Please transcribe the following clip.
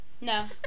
No